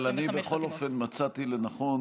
אבל אני בכל אופן מצאתי לנכון,